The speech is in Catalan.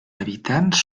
habitants